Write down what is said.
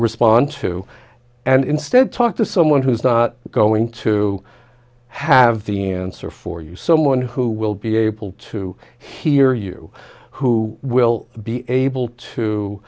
respond to and instead talk to someone who's not going to have the answer for you someone who will be able to hear you who will be able to